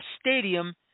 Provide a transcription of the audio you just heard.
Stadium